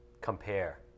compare